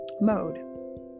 mode